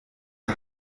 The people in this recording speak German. der